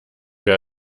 wer